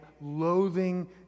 loathing